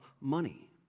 money